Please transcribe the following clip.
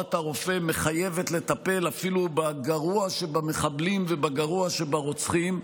ששבועת הרופא מחייבת לטפל אפילו בגרוע שבמחבלים ובגרוע שברוצחים,